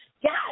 yes